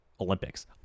Olympics